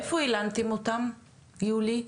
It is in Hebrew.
איפה הילנתם אותם, יולי?